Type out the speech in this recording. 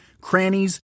crannies